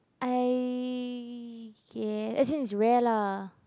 I y~ as in it's rare lah